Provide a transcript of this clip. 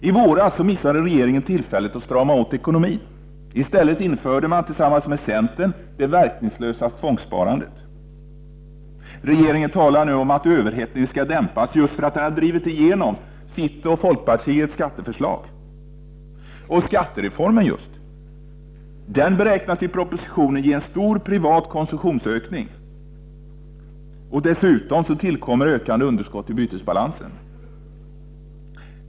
I våras missade regeringen tillfället att strama åt ekonomin. I stället införde den, tillsammans med centern, det verkningslösa tvångssparandet. Regeringen talar nu om att överhettningen skall dämpas just för att den har drivit igenom sitt och folkpartiets skatteförslag. I propositionen beräknas skattereformen ge en stor privat konsumtionsökning, och dessutom tillkommer ett ökande underskott i bytesbalansen.